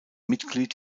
mitglied